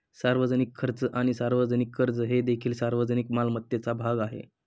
सार्वजनिक खर्च आणि सार्वजनिक कर्ज हे देखील सार्वजनिक मालमत्तेचा भाग आहेत